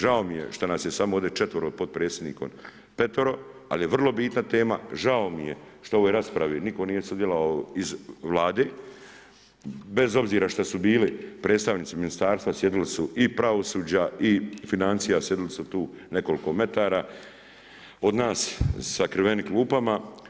Žao mi je šta nas je samo ovdje četvero s potpredsjednikom petero, ali je vrlo bitna tema, žao mi je što u ovoj raspravi nitko nije sudjelovao iz Vlade bez obzira šta su bili predstavnici ministarstva, sjedili su i pravosuđa i financija, sjedili su tu nekoliko metara od nas, sakriveni u klupama.